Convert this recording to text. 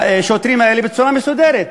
לשוטרים האלה בצורה מסודרת.